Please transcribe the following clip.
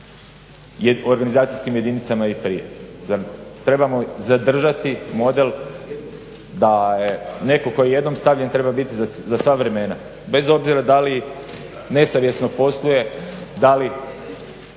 organizacijskim jedinicama i prije. Trebamo zadržati model da je netko tko je jednom stavljan treba biti za sva vremena bez obzira da li nesavjesno posluje, da li